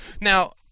now